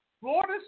Florida